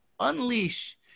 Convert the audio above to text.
Unleash